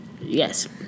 yes